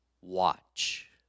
watch